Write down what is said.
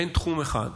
אין תחום אחד,